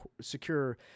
secure